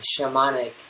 shamanic